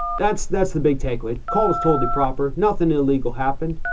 that's, that's the big takeaway call was totally proper. nothing illegal happened.